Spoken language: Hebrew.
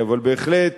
אבל בהחלט,